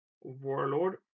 warlord